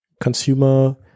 consumer